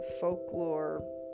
folklore